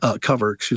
cover